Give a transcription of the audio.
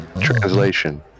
Translation